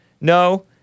No